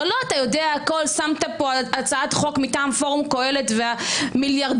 שמת כאן הצעת חוק מטעם פורום קהלת ומיליארדרים